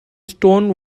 stone